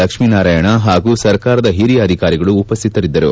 ಲಕ್ಷ್ಮೀನಾರಾಯಣ ಹಾಗೂ ಸರ್ಕಾರದ ಹಿರಿಯ ಅಧಿಕಾರಿಗಳು ಉಪಸ್ಥಿತರಿದ್ದರು